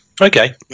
Okay